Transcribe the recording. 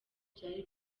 byari